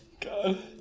God